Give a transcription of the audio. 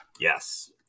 yes